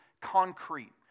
concrete